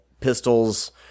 pistols